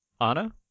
anna